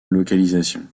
localisation